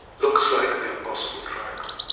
looks like the impossible triangle.